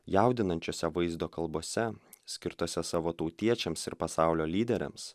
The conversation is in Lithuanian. jaudinančiose vaizdo kalbose skirtose savo tautiečiams ir pasaulio lyderiams